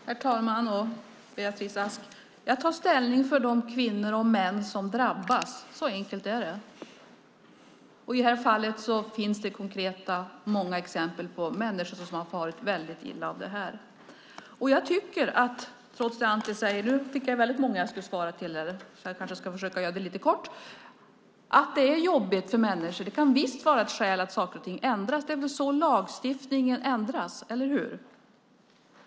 Herr talman och Beatrice Ask! Jag tar ställning för de kvinnor och män som drabbas. Så enkelt är det. I detta fall finns det många konkreta exempel på människor som farit illa av detta. Jag fick många att debattera med så jag ska försöka vara kort. I motsats till Anti tycker jag att det faktum att något är jobbigt för människor visst är ett skäl att ändra saker och ting. Det är väl så lagstiftningen ändras, eller hur?